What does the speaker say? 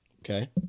Okay